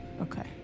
Okay